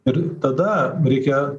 ir tada reikia